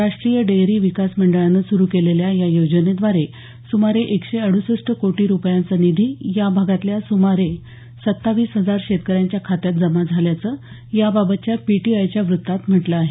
राष्ट्रीय डेअरी विकास मंडळानं सुरू केलेल्या या योजनेद्वारे सुमारे एकशे अडुसष्ट कोटी रुपयांचा निधी या भागातल्या सुमारे सत्तावीस हजार शेतकऱ्यांच्या खात्यात जमा झाल्याचं याबाबतच्या पीटीआयच्या वृत्तात म्हटलं आहे